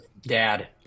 dad